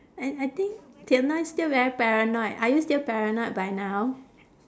I I think till now you're still very paranoid are you still paranoid by now